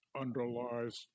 underlies